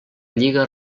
lliga